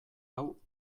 hau